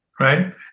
Right